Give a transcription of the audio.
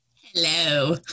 Hello